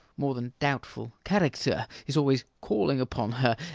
more than doubtful character is always calling upon her,